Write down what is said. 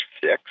six